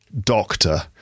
doctor